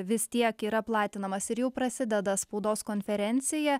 vis tiek yra platinamas ir jau prasideda spaudos konferencija